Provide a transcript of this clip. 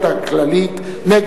השר,